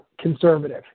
conservative